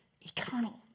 eternal